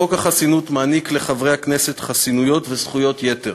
חוק החסינות מעניק לחברי הכנסת חסינויות וזכויות יתר